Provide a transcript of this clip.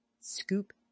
Scoop